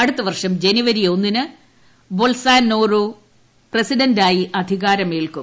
അടുത്തവർഷം ജനുവരി ഒന്നിന് ബോൾസോനാരോ പ്രസിഡന്റായി അധികാരമേൽക്കും